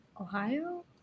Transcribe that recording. Ohio